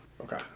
Okay